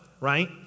right